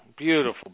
beautiful